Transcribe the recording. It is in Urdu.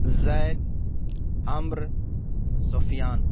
زید امر سفیان